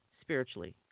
spiritually